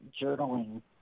journaling